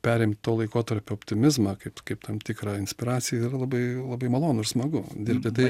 perimt to laikotarpio optimizmą kaip kaip tam tikrą inspiraciją yra labai labai malonu ir smagu dirbti tai